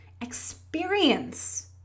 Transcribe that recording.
Experience